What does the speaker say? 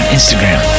Instagram